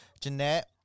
Jeanette